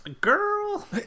girl